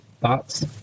thoughts